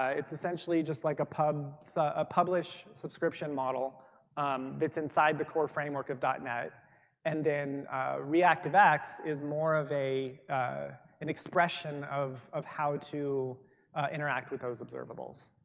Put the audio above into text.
ah it's essentially just like a publish so ah publish subscription model um that's inside the core framework of dot net and then reactivex is more of an expression of of how to interact with those observables.